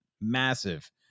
massive